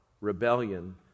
rebellion